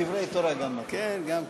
דברי תורה גם, כן, גם כן.